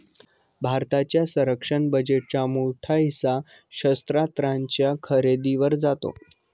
भारताच्या संरक्षण बजेटचा मोठा हिस्सा शस्त्रास्त्रांच्या खरेदीवर जातो